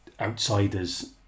outsiders